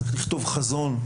צריך לכתוב חזון,